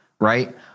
right